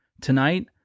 Tonight